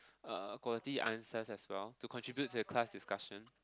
uh quality answers as well to contribute to the class discussion